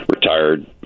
retired